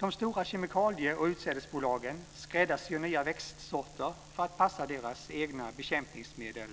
De stora kemikalie och utsädesbolagen skräddarsyr nya växtsorter för att passa deras egna bekämpningsmedel